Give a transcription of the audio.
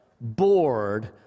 bored